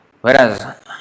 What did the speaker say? Whereas